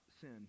sin